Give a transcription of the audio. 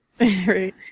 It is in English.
Right